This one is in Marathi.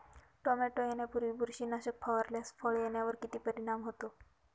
टोमॅटो येण्यापूर्वी बुरशीनाशक फवारल्यास फळ येण्यावर किती परिणाम होतो?